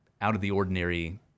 out-of-the-ordinary